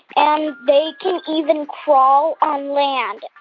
and they can even crawl on land.